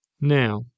Now